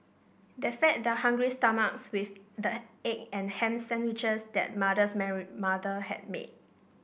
they fed their hungry stomachs with the egg and ham sandwiches that mother's Mary mother had made